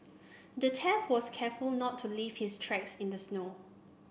the thief was careful to not leave his tracks in the snow